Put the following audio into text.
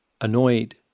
Annoyed